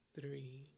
three